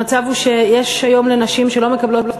המצב הוא שיש היום לנשים שלא מקבלות את